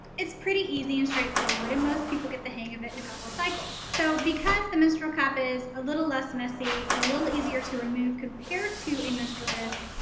it's pretty easy and straightforward and most people get the hang of it in a couple of cycles. so because the menstrual cup is a little less messy and a little easier to remove compared to a menstrual disc,